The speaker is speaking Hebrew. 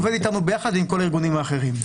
עובד איתנו ביחד עם כל הארגונים האחרים.